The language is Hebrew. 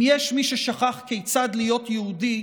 אם יש מי ששכח כיצד להיות יהודי,